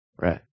Right